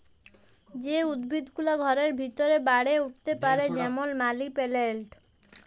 যে উদ্ভিদ গুলা ঘরের ভিতরে বাড়ে উঠ্তে পারে যেমল মালি পেলেলট